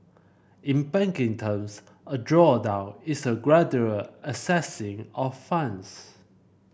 in banking terms a drawdown is a gradual accessing of funds